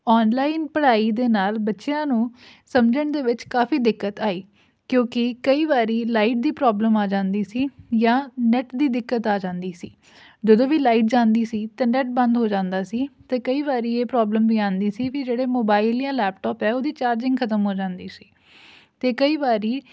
online ਪੜ੍ਹਾਈ ਦੇ ਨਾਲ ਬੱਚਿਆਂ ਨੂੰ ਸਮਝਣ ਦੇ ਵਿੱਚ ਕਾਫੀ ਦਿੱਕਤ ਆਈ ਕਿਉਂਕਿ ਕਈ ਵਾਰੀ ਲਾਈਟ ਦੀ ਪ੍ਰੋਬਲਮ ਆ ਜਾਂਦੀ ਸੀ ਜਾਂ ਨੈੱਟ ਦੀ ਦਿੱਕਤ ਆ ਜਾਂਦੀ ਸੀ ਜਦੋਂ ਵੀ ਲਾਈਟ ਜਾਂਦੀ ਸੀ ਤਾਂ ਨੈਟ ਬੰਦ ਹੋ ਜਾਂਦਾ ਸੀ ਅਤੇ ਕਈ ਵਾਰੀ ਇਹ ਪ੍ਰੋਬਲਮ ਵੀ ਆਉਂਦੀ ਸੀ ਵੀ ਜਿਹੜੇ ਮੋਬਾਇਲ ਜਾਂ ਲੈਪਟੋਪ ਹੈ ਉਹਦੀ ਚਾਰਜਿੰਗ ਖਤਮ ਹੋ ਜਾਂਦੀ ਸੀ ਅਤੇ ਕਈ ਵਾਰੀ